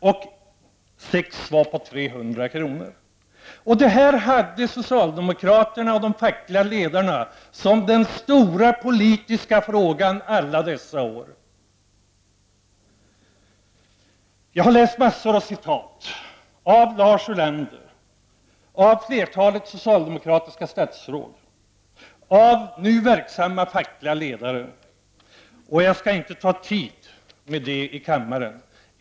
och sex domar var på 300 kr. Detta gjorde socialdemokraterna och de fackliga ledarna till den stora politiska frågan under alla dessa år. Jag har läst en mängd citat av Lars Ulander, av flertalet socialdemokratiska statsråd och av nu verksamma fackliga ledare. Men jag skall inte ta upp kammarens tid med det.